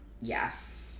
yes